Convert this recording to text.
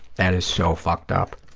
that is so fucked up.